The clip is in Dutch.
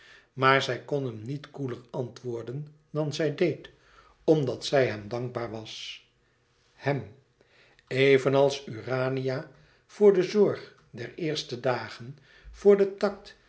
maar zij kon hem niet koeler antwoorden dan zij deed omdat zij hem dankbaar was hem evenals urania voor den zorg der eerste dagen voor den tact